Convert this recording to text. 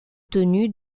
tenu